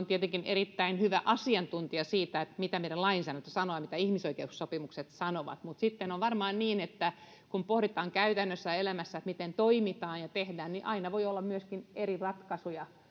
tietenkin erittäin hyvä asiantuntija siinä mitä meidän lainsäädäntömme sanoo ja mitä ihmisoikeussopimukset sanovat mutta sitten on varmaan niin että kun pohditaan käytännön elämässä miten toimitaan ja tehdään niin aina voi olla myöskin eri ratkaisuja